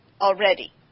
already